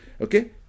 Okay